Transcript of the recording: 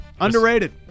Underrated